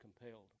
compelled